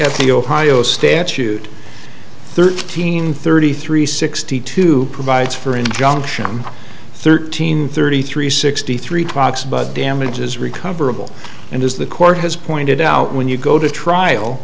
at the ohio statute thirteen thirty three sixty two provides for an injunction thirteen thirty three sixty three talks about damages recoverable and as the court has pointed out when you go to trial